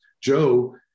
Joe